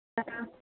तथा